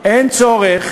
אין צורך